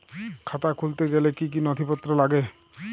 খাতা খুলতে গেলে কি কি নথিপত্র লাগে?